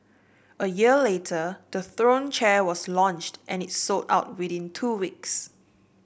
a year later the Throne chair was launched and it sold out within two weeks